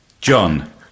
John